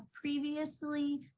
previously